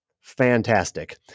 Fantastic